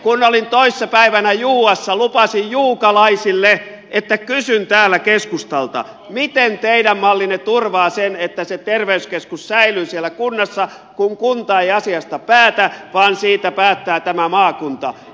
kun olin toissa päivänä juuassa lupasin juukalaisille että kysyn täällä keskustalta miten teidän mallinne turvaa sen että se terveyskeskus säilyy siellä kunnassa kun kunta ei asiasta päätä vaan siitä päättää tämä maakunta